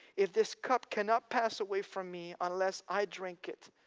if this cup cannot pass away from me unless i drink it,